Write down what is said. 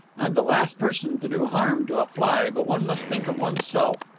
i'm the last person to do harm to a fly, but one must think of oneself.